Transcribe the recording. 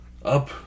Up